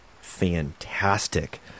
fantastic